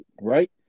right